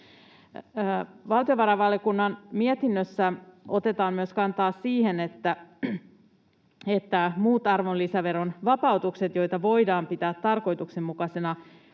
Valtiovarainvaliokunnan mietinnössä otetaan kantaa myös siihen, että myös muut arvonlisäveron vapautukset, joita voidaan pitää tarkoituksenmukaisena